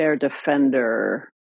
defender